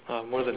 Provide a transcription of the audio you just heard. uh more than